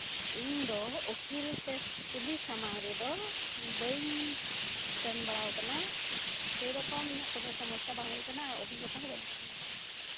ᱤᱧ ᱫᱚ ᱩᱠᱤᱞ ᱥᱮ ᱯᱩᱞᱤᱥ ᱥᱟᱢᱟᱝ ᱨᱮᱫᱚ ᱵᱟᱹᱧ ᱥᱮᱱ ᱵᱟᱲᱟᱣᱟᱠᱟᱱᱟ ᱥᱮᱨᱚᱠᱚᱢ ᱤᱧᱟᱹᱜ ᱠᱳᱱᱳ ᱥᱚᱢᱚᱥᱥᱟ ᱦᱚᱸ ᱵᱟᱝ ᱦᱩᱭ ᱟᱠᱟᱱᱟ ᱟᱨ ᱚᱵᱷᱤᱜᱽᱜᱷᱛᱟ ᱦᱚᱸ ᱵᱟᱹᱱᱩᱜ ᱛᱤᱧᱟᱹ